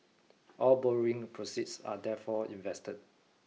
all borrowing proceeds are therefore invested